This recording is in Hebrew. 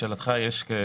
לשאלתך,